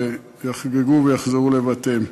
יחגגו ויחזרו לבתיהם.